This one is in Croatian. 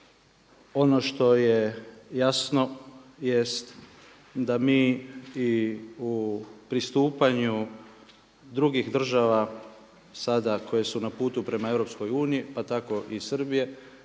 Ono što je jasno jest da mi i u pristupanju drugih država sada koje su na putu prema EU pa tako i Srbije,